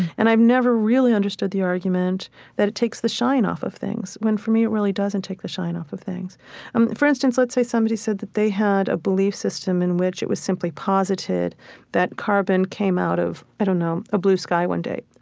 and i've never really understood the argument that it takes the shine off of things, when for me, it really doesn't take the shine off of things and for instance, let's say somebody said that they had a belief system in which it was simply posited that carbon came out of, i don't know, a blue sky one day.